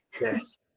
yes